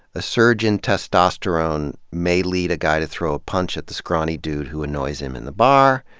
a surge in testosterone may lead a guy to throw a punch at the scrawny dude who annoys him in the bar,